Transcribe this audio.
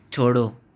छोड़ो